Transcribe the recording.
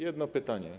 Jedno pytanie.